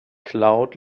cloud